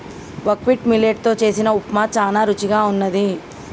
buckwheat millet తో చేసిన ఉప్మా చానా రుచిగా వున్నది